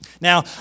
Now